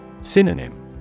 Synonym